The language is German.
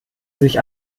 sich